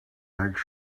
make